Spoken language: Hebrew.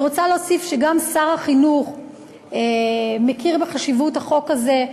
אני רוצה להוסיף שגם שר החינוך מכיר בחשיבות החוק הזה,